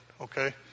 okay